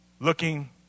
Looking